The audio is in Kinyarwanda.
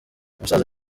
umusaza